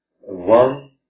one